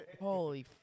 Holy